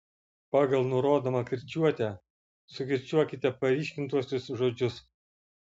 pagal nurodomą kirčiuotę sukirčiuokite paryškintuosius žodžius